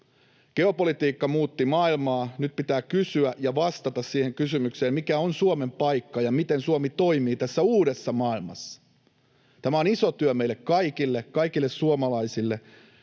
Geopolitiikka muutti maailmaa. Nyt pitää kysyä ja vastata siihen kysymykseen, mikä on Suomen paikka ja miten Suomi toimii tässä uudessa maailmassa. Tämä on iso työ meille kaikille, kaikille suomalaisille,